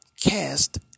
cast